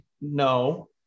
no